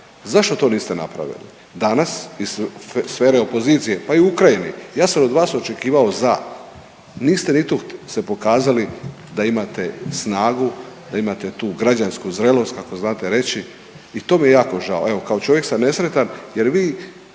Zašto to niste napravili? Danas iz sfere opozicije pa i u Ukrajini ja sam od vas očekivao za. Niste ni tu se pokazali da imate snagu, da imate tu građansku zrelost kako znate reći i to mi je jako žao. Evo kao čovjek sam nesretan jer vi